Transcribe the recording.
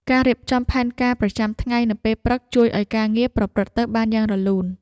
ការរៀបចំផែនការប្រចាំថ្ងៃនៅពេលព្រឹក ជួយឱ្យការងារប្រព្រឹត្តទៅបានយ៉ាងរលូន។